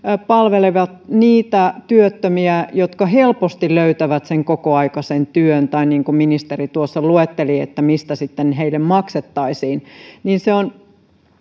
palvelevat vain niitä työttömiä jotka helposti löytävät kokoaikaisen työn tai niin kuin ministeri tuossa luetteli mistä niille maksettaisiin on